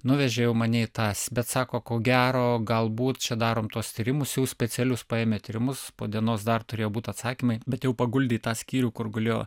nuvežė jau mane į ta bet sako ko gero galbūt čia darom tuos tyrimus jau specialius paėmė tyrimus po dienos dar turėjo būt atsakymai bet jau paguldė į tą skyrių kur gulėjo